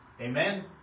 Amen